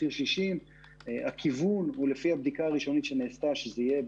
ציר 60. הכיוון הוא לפי בדיקה ראשונית שנעשתה שזה יהיה